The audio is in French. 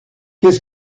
qu’est